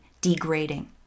degrading